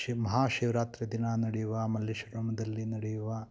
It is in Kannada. ಮಹಾಶಿವರಾತ್ರಿ ದಿನ ನಡೆಯುವ ಮಲ್ಲೇಶ್ವರಂದಲ್ಲಿ ನಡೆಯುವ